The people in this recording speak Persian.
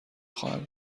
خواهم